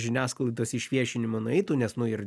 žiniasklaidos išviešinimo nueitų nes nu ir